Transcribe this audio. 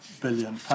billion